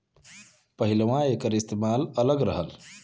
पहिलवां एकर इस्तेमाल अलग रहल